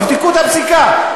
תבדקו את הפסיקה.